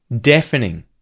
deafening